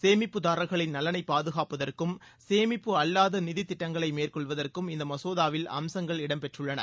சேமிப்புதாரர்களின் நலனை பாதுகாப்பதற்கும் சேமிப்பு அல்லாத நிதித் திட்டங்களை மேற்கொள்வதற்கும் இந்த மசோதாவில் அம்சங்கள் இடம் பெற்றுள்ளன